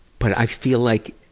but i feel like